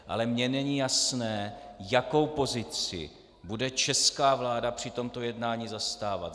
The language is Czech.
Ale mně není jasné, jakou pozici bude česká vláda při tomto jednání zastávat.